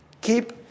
Keep